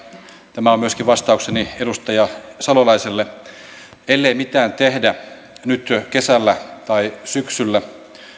tämä on myöskin vastaukseni edustaja salolaiselle että ellei mitään tehdä nyt kesällä tai